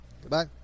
Goodbye